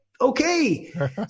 Okay